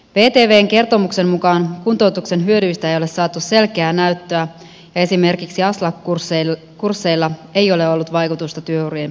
vtvn kertomuksen mukaan kuntoutuksen hyödyistä ei ole saatu selkeää näyttöä ja esimerkiksi aslak kursseilla ei ole ollut vaikutusta työurien pidentämiseen